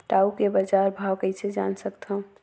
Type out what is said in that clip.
टाऊ के बजार भाव कइसे जान सकथव?